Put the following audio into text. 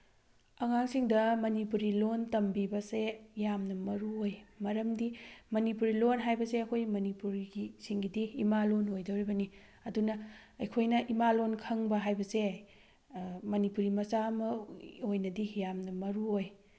ꯑꯉꯥꯡꯁꯤꯡꯗ ꯃꯅꯤꯄꯨꯔꯤ ꯂꯣꯜ ꯇꯝꯕꯤꯕꯁꯦ ꯌꯥꯝꯅ ꯃꯔꯨꯑꯣꯏ ꯃꯔꯝꯗꯤ ꯃꯅꯤꯄꯨꯔꯤ ꯂꯣꯜ ꯍꯥꯏꯕꯁꯦ ꯑꯩꯈꯣꯏ ꯃꯅꯤꯄꯨꯔꯤꯒꯤ ꯁꯤꯡꯒꯤꯗꯤ ꯏꯃꯥꯂꯣꯜ ꯑꯣꯏꯗꯧꯔꯤꯕꯅꯤ ꯑꯗꯨꯅ ꯑꯩꯈꯣꯏꯅ ꯏꯃꯥꯂꯣꯜ ꯈꯪꯕ ꯍꯥꯏꯕꯁꯦ ꯃꯅꯤꯄꯨꯔꯤ ꯃꯆꯥ ꯑꯃ ꯑꯣꯏꯅꯗꯤ ꯌꯥꯝꯅ ꯃꯔꯨꯑꯣꯏ